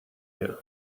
you